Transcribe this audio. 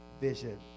vision